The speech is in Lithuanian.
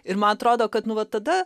ir man atrodo kad nu va tada